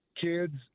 kids